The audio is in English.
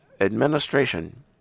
Administration